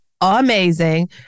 amazing